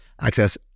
access